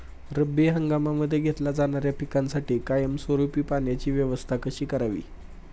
रब्बी हंगामामध्ये घेतल्या जाणाऱ्या पिकांसाठी कायमस्वरूपी पाण्याची व्यवस्था कशी करावी?